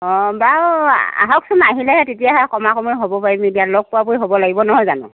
অ বাৰু আহকচোন আহিলেহে তেতিয়াহে কমা কমি হ'ব পাৰিম এতিয়া লগ পোৱা পোৱি হ'ব লাগিব নহয় জানো